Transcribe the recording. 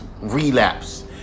relapse